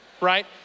right